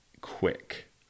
quick